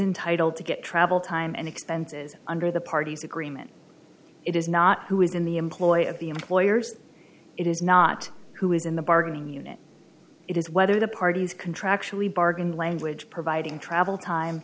entitled to get travel time and expenses under the parties agreement it is not who is in the employ of the employer's it is not who is in the bargaining unit it is whether the parties contractually bargain language providing travel time